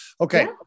Okay